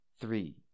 three